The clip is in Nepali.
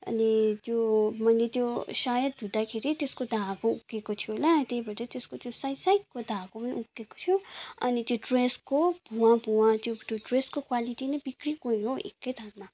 अनि त्यो मैले त्यो सायद धुँदाखेरि त्यसको धाको उक्केको थियो होला त्यही भएर त्यसको त्यो साइड साइडको धागो पनि उक्केको थियो अनि त्यो ड्रेसको भुवाँ भुवाँ त्यो ड्रेसको क्वालिटी नै बिक्री गयो एकै तालमा